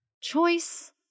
choice